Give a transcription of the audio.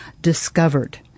discovered